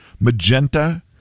magenta